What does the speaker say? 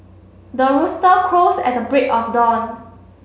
the rooster crows at the break of dawn